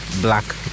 Black